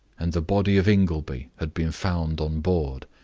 and the body of ingleby had been found on board,